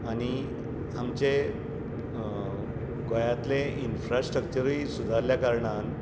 आनी आमचे गोंयातलें इंफ्रास्ट्रक्चरुय सुदारल्या कारणान